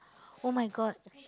!oh-my-God!